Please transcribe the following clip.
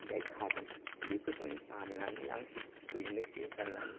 जाय खादों बेफोरनो बाननानै लांसै हैनोसै राननानै